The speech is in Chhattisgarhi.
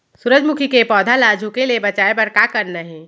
सूरजमुखी के पौधा ला झुके ले बचाए बर का करना हे?